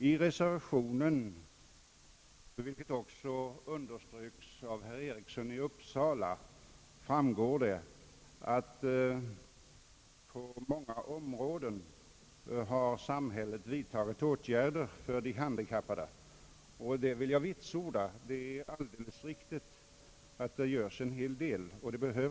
I re servationen framhålls — vilket också underströks av herr Eriksson i Uppsala — att samhället på många områden har vidtagit åtgärder för de handikappade, och det vill jag vitsorda. Det är alldeles riktigt att det görs en hel del.